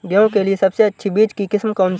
गेहूँ के लिए सबसे अच्छी बीज की किस्म कौनसी है?